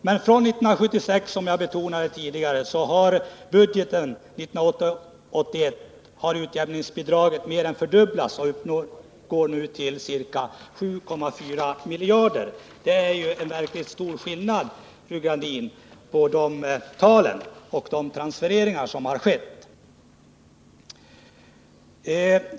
Men från 1976 har, som jag betonade tidigare, utjämningsbidragen mer än fördubblats, och de uppgår nu till ca 7,4 miljarder. Det är alltså en verkligt stor skillnad, fru Gradin, på de transfereringar som skett.